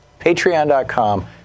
Patreon.com